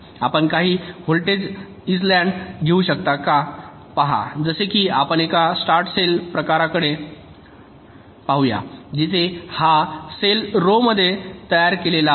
आपण काही voltage islands घेऊ शकता का पहा जसे की आपण एका स्टॅंडर्ड सेल प्रकाराकडे पाहू या जिथे हे सेल रो मध्ये तयार केलेले असतात